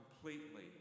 completely